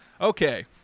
Okay